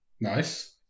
nice